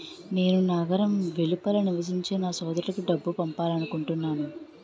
నేను నగరం వెలుపల నివసించే నా సోదరుడికి డబ్బు పంపాలనుకుంటున్నాను